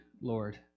Lord